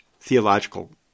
theological